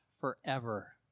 forever